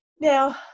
Now